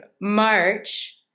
March